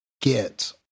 get